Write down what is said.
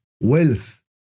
wealth